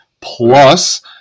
plus